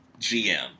GM